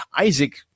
Isaac